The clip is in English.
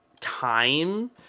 time